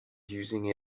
using